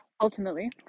ultimately